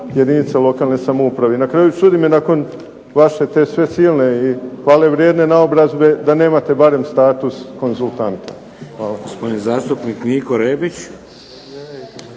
jedinice lokalne samouprave. I na kraju, čudi me nakon vaše te sve silne i hvale vrijedne naobrazbe da nemate barem status konzultanta. Hvala. **Šeks, Vladimir (HDZ)** Gospodin zastupnik Niko Rebić.